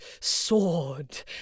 sword